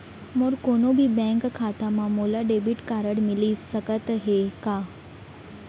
मोर कोनो भी बैंक खाता मा मोला डेबिट कारड मिलिस सकत हे का?